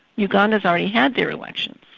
uganda's already had their elections.